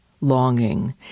longing